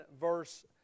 verse